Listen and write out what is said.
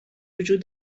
وجود